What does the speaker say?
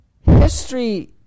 History